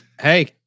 Hey